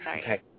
Okay